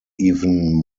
even